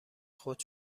خود